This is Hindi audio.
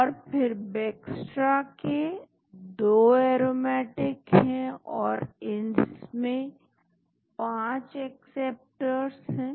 और फिर Bextra के दो एरोमेटिक हैं फिर इसमें पांच एक्सेप्टर्स हैं